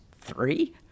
Three